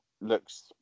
looks